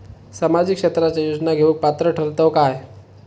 सामाजिक क्षेत्राच्या योजना घेवुक पात्र ठरतव काय?